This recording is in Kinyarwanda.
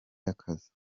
y’akazi